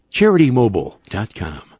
CharityMobile.com